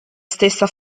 stessa